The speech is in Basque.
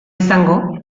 izango